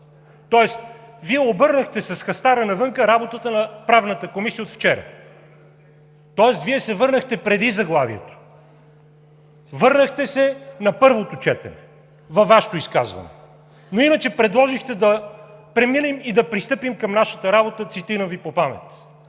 Тоест Вие обърнахте с хастара навън работата на Правната комисия от вчера. Тоест Вие се върнахте отпреди заглавието, върнахте се на първото четене във Вашето изказване, но иначе предложихте – да преминем и да пристъпим към нашата работа. Цитирам Ви по памет.